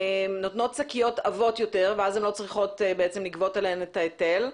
נותנות שקיות עבות יותר ואז הן לא צריכות לגבות עליהן את ההיטל?